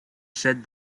said